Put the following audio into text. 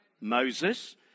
Moses